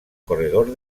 corredor